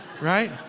Right